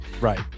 Right